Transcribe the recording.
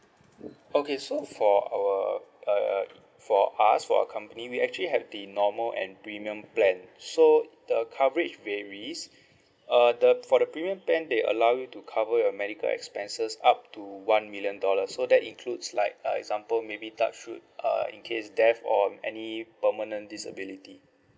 okay so for our uh for us for our company we actually have the normal and premium plan so the coverage varies uh the for the premium plan they allow you to cover your medical expenses up to one million dollars so that includes like uh example maybe touch wood uh in case death or any permanent disability